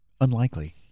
Unlikely